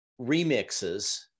remixes